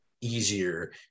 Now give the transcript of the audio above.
easier